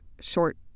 short